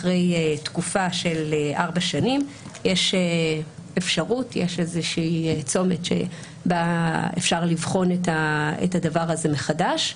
אחרי תקופה של 4 שנים יש איזושהי צומת שבה אפשר לבחון את זה מחדש,